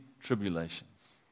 tribulations